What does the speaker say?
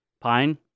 Pine